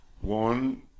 One